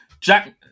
Jack